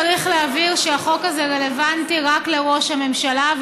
צריך להבהיר שהחוק הזה רלוונטי רק לראש הממשלה,